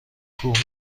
کوه